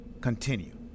continue